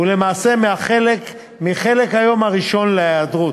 ולמעשה מחלק היום הראשון להיעדרות,